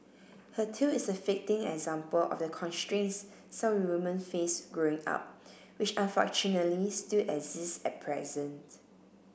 her tale is a fitting example of the constraints some women face growing up which unfortunately still exist at present